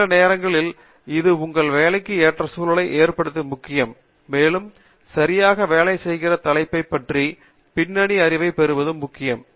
சில நேரங்களில் அது உங்கள் வேலைக்கு ஏற்ற சூழலை ஏற்படுத்தவும் முக்கியம் மேலும் சரியாக வேலை செய்கிற தலைப்பைப் பற்றிய பின்னணி அறிவைப் பெறுவது முக்கியம்